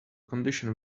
condition